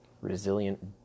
resilient